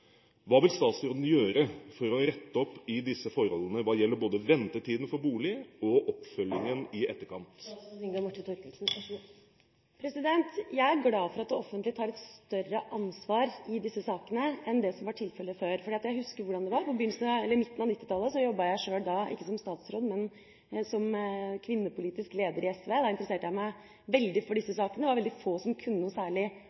Hva vil statsråden gjøre for å rette opp i disse forholdene hva gjelder både ventetiden for boliger og oppfølgingen i etterkant? Jeg er glad for at det offentlige tar et større ansvar i disse sakene enn hva som var tilfellet før, for jeg husker hvordan det var. På begynnelsen av 2000-tallet jobbet jeg sjøl – ikke som statsråd, men – som kvinnepolitisk leder i SV. Da interesserte jeg meg veldig for disse sakene. Det var veldig få som kunne noe særlig